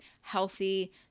healthy